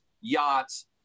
yachts